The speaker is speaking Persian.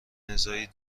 نزاعی